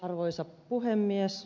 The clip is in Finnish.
arvoisa puhemies